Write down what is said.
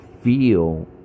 feel